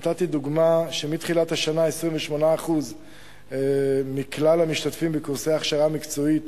נתתי דוגמה שמתחילת השנה 28% מכלל המשתתפים בקורסי הכשרה מקצועית